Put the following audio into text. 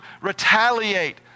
retaliate